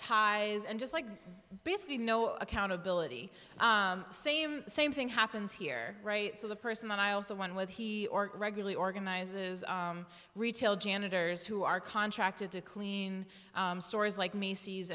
ties and just like basically no accountability same same thing happens here right so the person that i also one with he or regularly organizes retail janitors who are contracted to clean stores like macy's